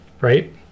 right